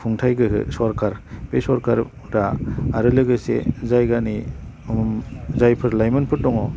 खुंथाय गोहो सरकार बे सरकारफोरा आरो लोगोसे जायगानि जायफोर लाइमोनफोर दङ